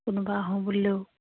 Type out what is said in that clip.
কোনোবা আহো বুলিলেও